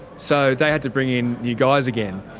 so they had to bring in new guys again.